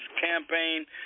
campaign